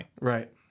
Right